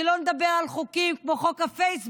שלא נדבר על חוקים כמו חוק הפייסבוק,